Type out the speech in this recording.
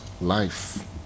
life